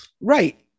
Right